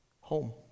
home